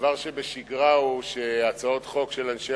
דבר שבשגרה הוא שהצעות חוק של אנשי